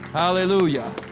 Hallelujah